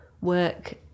work